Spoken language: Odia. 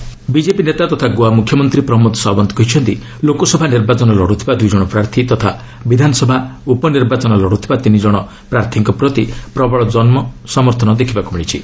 ଗୋଆ ଇଲେକ୍ସନ୍ ବିଜେପି ନେତା ତଥା ଗୋଆ ମୁଖ୍ୟମନ୍ତ୍ରୀ ପ୍ରମୋଦ ସାଓ୍ୱନ୍ତ କହିଛନ୍ତି ଲୋକସଭା ନିର୍ବାଚନ ଲଢୁଥିବା ଦୁଇ ଜଣ ପ୍ରାର୍ଥୀ ତଥା ବିଧାନସଭା ଉପନିର୍ବାଚନ ଲଢୁଥିବା ତିନି କଣ ପ୍ରାର୍ଥୀଙ୍କ ପ୍ରତି ପ୍ରବଳ ଜନସମର୍ଥନ ଦେଖିବାକୁ ମିଳିଛି